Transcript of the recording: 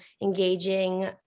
engaging